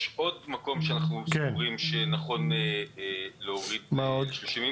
יש עוד מקום שאנחנו סבורים שנכון להוריד ל-30 ימים,